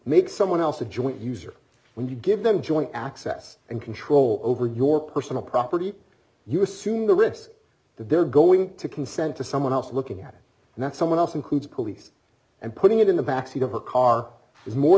make someone else a joint user when you give them joint access and control over your personal property you assume the risk that they're going to consent to someone else looking at it and that someone else includes police and putting it in the backseat of a car is more